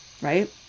right